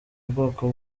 bwoko